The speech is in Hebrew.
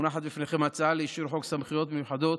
מונחת בפניכם הצעה לאישור חוק סמכויות מיוחדות